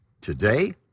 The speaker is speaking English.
today